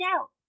out